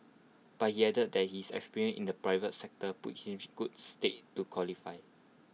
but he added that his experience in the private sector puts him in good stead to qualify